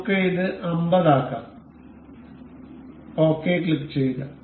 നമുക്ക് ഇത് 50 ആക്കാം ഓകെ ക്ലിക്കുചെയ്യുക